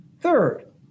Third